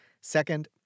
Second